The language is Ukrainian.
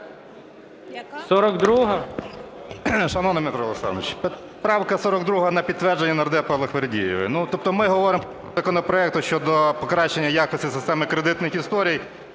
Шановний Дмитре Олександровичу, правка 42 – на підтвердження, нардепа Аллахвердієвої. Тобто ми говоримо по законопроекту щодо покращення якості системи кредитних історій